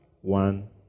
one